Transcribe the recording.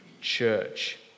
church